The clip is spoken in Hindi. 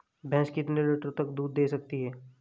भैंस कितने लीटर तक दूध दे सकती है?